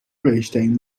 رایجترین